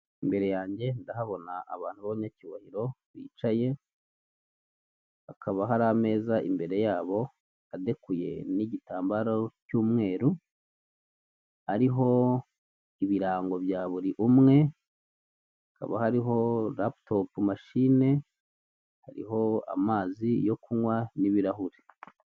Imbere yanjye ndahabona abantu b'abanyacyubahiro bicaye, hakaba hari ameza imbere yabo adekoye n'igitambaro cy'umweru, ariho ibirango bya buri umwe, hakaba hariho raputopu mashine, hariho amazi yo kunywa n'ibirahure.